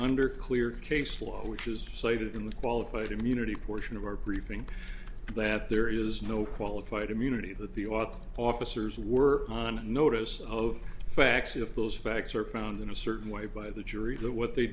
under clear case law which is cited in the qualified immunity portion of our briefing that there is no qualified immunity that the author officers were on notice of facts if those facts are found in a certain way by the jury that what they